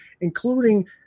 including